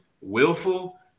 willful